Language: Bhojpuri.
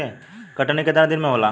कटनी केतना दिन मे होला?